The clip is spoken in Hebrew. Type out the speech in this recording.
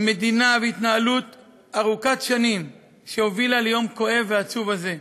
מדינה והתנהלות ארוכת שנים שהוביל ליום הכואב והעצוב הזה.